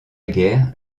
guerre